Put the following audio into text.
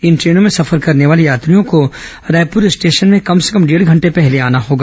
इन टेनों में सफर करने वाले यात्रियों को रायपुर स्टेशन में कम से कम डेढ़ घंटे पहले आना होगा